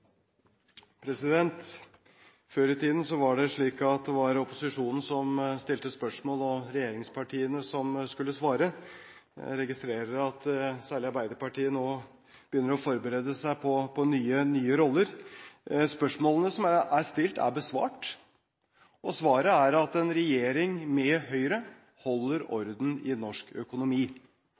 Før i tiden var det slik at det var opposisjonen som stilte spørsmål, og regjeringspartiene som skulle svare. Jeg registrerer at særlig Arbeiderpartiet nå begynner å forberede seg på nye roller. Spørsmålene som er stilt, er besvart, og svaret er at en regjering med Høyre holder orden i norsk økonomi